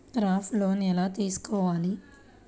Crop loan ఎలా తీసుకోవాలి?